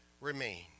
remain